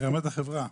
ברמת החברה,